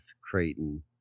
Creighton